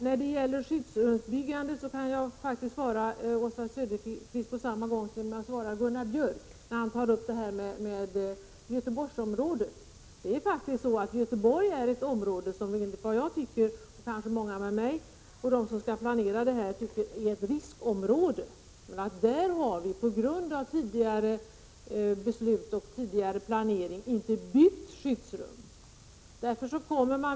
När det gäller frågan om skyddsrumsbyggande kan jag svara Oswald Söderqvist på samma gång som jag svarar Gunnar Björk i Gävle, som tog upp frågan med avseende på Göteborgsområdet. Enligt vad jag och många med mig — bl.a. de som svarar för planeringen — tycker är Göteborg ett riskområde. Där har vi på grund av tidigare beslut och tidigare planering inte byggt skyddsrum.